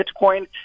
bitcoin